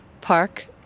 park